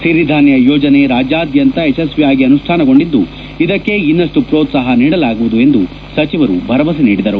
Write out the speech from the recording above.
ಸಿರಿಧಾನ್ಯ ಯೋಜನೆ ರಾಜ್ಯಾದ್ಯಂತ ಯಶಸ್ವಿಯಾಗಿ ಅನುಷ್ಠಾನಗೊಂಡಿದ್ದು ಇದಕ್ಕೆ ಇನ್ನಷ್ಟು ಪ್ರೋತ್ಸಾಹ ನೀಡಲಾಗುವುದು ಎಂದು ಸಚಿವರು ಭರವಸೆ ನೀಡಿದರು